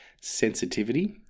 sensitivity